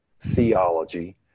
theology